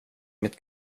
mitt